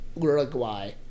Uruguay